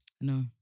No